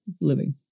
living